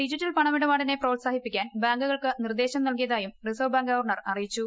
digital പണമിടപാടിനെ പ്രോത്സാഹിപ്പിക്കാൻ ബാങ്കുകൾക്ക് നിർദ്ദേശം നൽകിയതായും റിസർവ് ബാങ്ക് ഗവർണർ അറിയിച്ചു